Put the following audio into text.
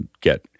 get